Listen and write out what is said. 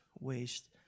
waste